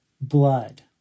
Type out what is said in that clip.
blood